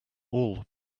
all